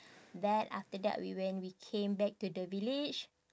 that after that we when we came back to the village